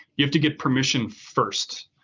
you have to get permission first.